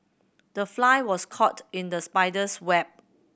the fly was caught in the spider's web